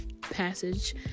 passage